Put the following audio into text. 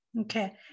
Okay